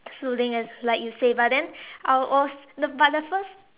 soothing as like you say but then I will also but the first